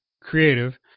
creative